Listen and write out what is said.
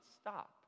stop